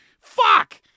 Fuck